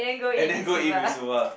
and then go and eat Mitsuba